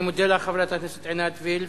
אני מודה לך, חברת הכנסת עינת וילף.